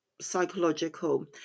psychological